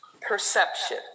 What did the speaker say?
perception